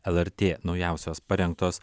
lrt naujausios parengtos